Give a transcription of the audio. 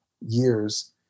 years